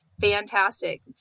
fantastic